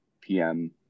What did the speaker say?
PM